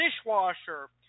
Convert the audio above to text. dishwasher